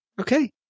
Okay